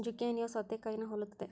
ಜುಕೇನಿಯೂ ಸೌತೆಕಾಯಿನಾ ಹೊಲುತ್ತದೆ